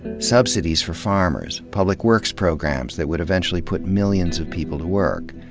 subsidies for farmers, public works programs that would eventually put millions of people to work,